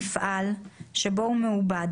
מפעל שבו הוא מעובד,